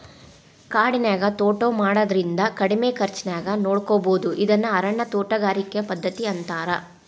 ಕಾಡಿನ್ಯಾಗ ತೋಟಾ ಮಾಡೋದ್ರಿಂದ ಕಡಿಮಿ ಖರ್ಚಾನ್ಯಾಗ ನೋಡ್ಕೋಬೋದು ಇದನ್ನ ಅರಣ್ಯ ತೋಟಗಾರಿಕೆ ಪದ್ಧತಿ ಅಂತಾರ